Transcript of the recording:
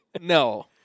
No